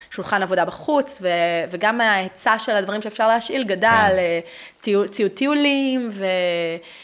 שולחן עבודה בחוץ, וגם ההיצע של הדברים שאפשר להשאיל גדל, ציוטיולים.